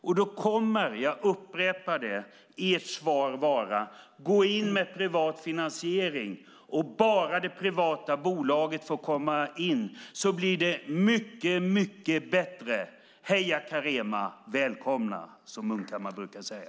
Och då kommer - jag upprepar det - ert svar att vara: Gå in med privat finansiering! Om bara det privata bolaget får komma in blir det mycket bättre. Heja Carema! Välkomna, som Munkhammar brukar säga.